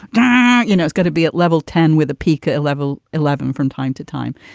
and you know, it's going to be at level ten with a peak level eleven from time to time.